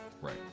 right